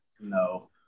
no